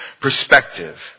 perspective